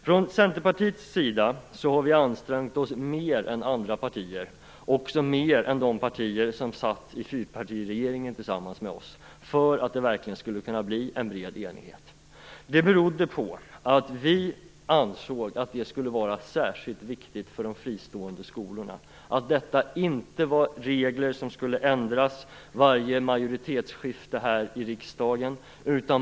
Från Centerpartiets sida har vi ansträngt oss mer än andra partier - också mer än de partier som satt i fyrpartiregeringen tillsammans med oss - för att det verkligen skulle bli en bred enighet. Vi ansåg nämligen att det skulle vara särskilt viktigt för de fristående skolorna att detta inte var regler som skulle ändras vid varje majoritetsskifte här i riksdagen.